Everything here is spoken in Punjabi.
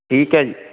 ਠੀਕ ਹੈ